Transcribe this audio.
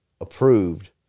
approved